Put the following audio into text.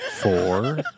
four